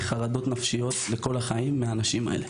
חרדות נפשיות כל החיים מהאנשים האלה?